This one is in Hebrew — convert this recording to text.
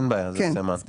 אין בעיה, זה סמנטי.